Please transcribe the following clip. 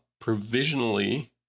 provisionally